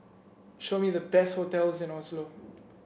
show me the best hotels in Oslo